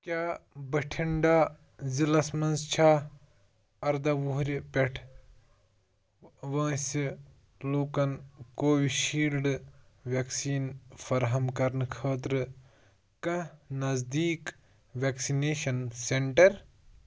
کیٛاہ بَٹھِنڈا ضِلعس منٛز چھا اَرداہ وُہُرِ پٮ۪ٹھ وٲنٛسہِ لوٗکَن کووِشیٖلڈٕ وٮ۪کسیٖن فرہم کرنہٕ خٲطرٕ کانٛہہ نزدیٖک وٮ۪کسِنیشَن سٮ۪نٛٹَر